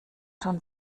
schon